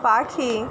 পাখি